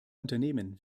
unternehmen